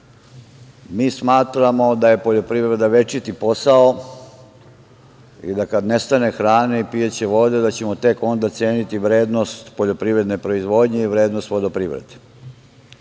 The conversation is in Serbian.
smatramo da je poljoprivreda večiti posao i da kad nestane hrane i pijaće vode da ćemo tek onda ceniti vrednost poljoprivredne proizvodnje i vrednost vodoprivrede.U